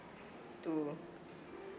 to